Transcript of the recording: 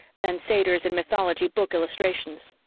than satyrs in mythology book illustrations.